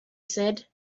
said